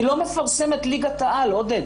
אני לא מפרסם את ליגת העל, עודד.